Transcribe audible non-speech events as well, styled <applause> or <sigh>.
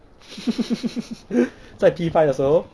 <laughs> 在 P five 的时候